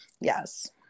Yes